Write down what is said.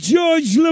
George